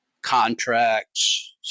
contracts